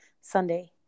Sunday